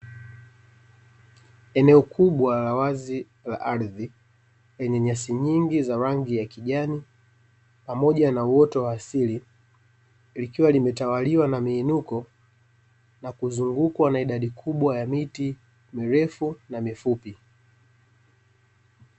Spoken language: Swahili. Eneo kubwa la wazi la ardhi lenye nyasi nyingi za rangi ya kijani pamoja na uoto wa asili, likiwa limetawaliwa na miinuko na kuzungukwa na idadi kubwa ya miti mirefu na mifupi.